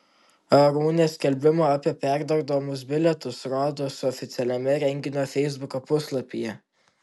arūnė skelbimą apie perparduodamus bilietus rado oficialiame renginio feisbuko puslapyje